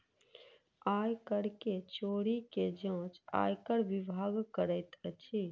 आय कर के चोरी के जांच आयकर विभाग करैत अछि